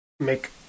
make